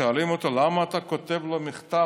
שואלים אותו: למה אתה כותב לו מכתב